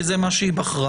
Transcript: כי זה מה שהיא בחרה,